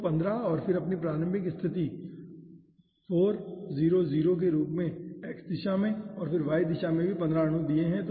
तो 15 और फिर हमने प्रारंभिक स्थिति 4 0 0 के रूप में x दिशा में और फिर y दिशा में भी 15 अणु दिए हैं